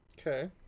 Okay